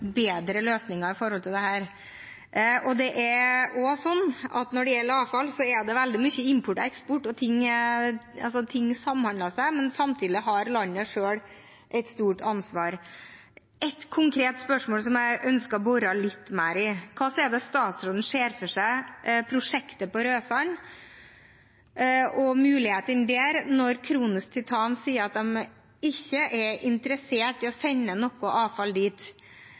bedre løsninger på dette. Når det gjelder avfall, er det veldig mye import og eksport, og ting samhandler seg, men samtidig har landet selv et stort ansvar. Et konkret spørsmål som jeg ønsker å bore litt mer i: Hvordan ser statsråden for seg prosjektet på Raudsand og mulighetene der når Kronos Titan sier at de ikke er interessert i å sende noe avfall dit?